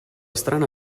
strana